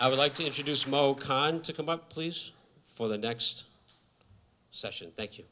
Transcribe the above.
i would like to introduce mo khan to come up please for the next session thank you